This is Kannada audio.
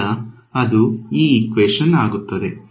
ಆಗ ಅದು ಆಗುತ್ತದೆ